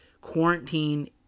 quarantine